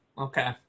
okay